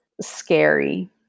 scary